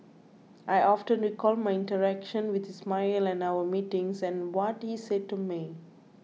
I often recall my interaction with Ismail and our meetings and what he said to me